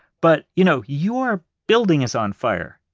but you know your building is on fire,